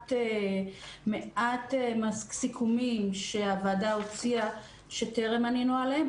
מעט סיכומים שהוועדה הוציאה שטרם ענינו עליהם,